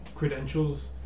Credentials